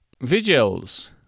Vigils